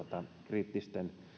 kriittisten